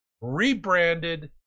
rebranded